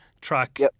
track